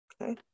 okay